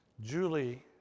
Julie